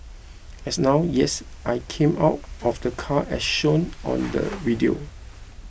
and now yes I came out of the car as shown on the video